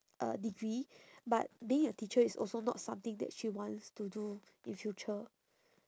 uh degree but being a teacher is also not something that she wants to do in future